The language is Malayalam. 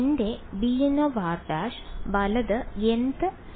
എന്റെ bnr′ വലത് nth സെഗ്മെന്റ്